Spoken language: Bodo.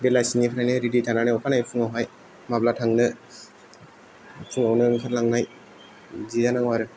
बेलासिनिफ्रायनो रेडि थानानै अखानायै फुङावहाय माब्ला थांनो फुङावनो ओंखारलांनाय बिदि जानांगौ आरो